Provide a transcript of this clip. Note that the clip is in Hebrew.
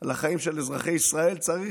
על החיים של אזרחי ישראל צריך,